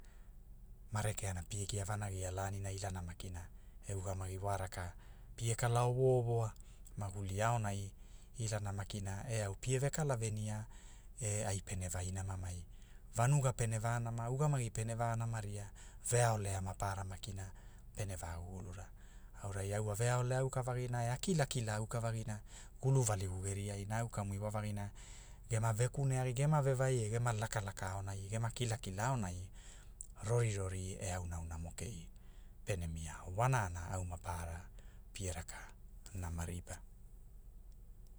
Ma rekeana pie gia vanagia lanilani irana makina, e ugamagi wa raka, pie kala owo owoa, maguli aonai, irana makina, e au pie ve kala venia, e ai pene vai namanamai, vanuga pene va nama ugamagi pene vanamaria, veaolea maparara makina pene va gugulura, aurai au aveaolea aukavagina e a kilakila auka vagina, gulu valigu geriai na au kamu iwa, gema ve kune agi gema ve vai e gema lakalaka aonai e gema kila kila aonai, rorirori e aunaaunamo kei, pene mia ao wanana au maparara pie raka nama ripa